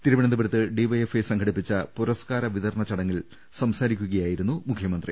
തിരുവനന്തപുരത്ത് DYFI സംഘടിപ്പിച്ച പുരസ്കാര വിതരണ ചടങ്ങിൽ സംസാരിക്കു കയായിരുന്നു മുഖ്യമന്ത്രി